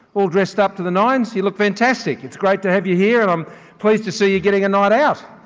all dressed up to the nines, you look fantastic. it's great to have you here and i'm pleased to see you're getting a night out.